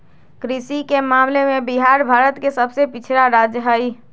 कृषि के मामले में बिहार भारत के सबसे पिछड़ा राज्य हई